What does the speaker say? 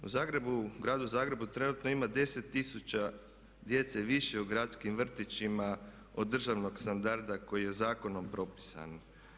U Zagrebu, Gradu Zagrebu trenutno ima 10 tisuća djece više u gradskim vrtićima od državnog standarda koji je zakonom propisan.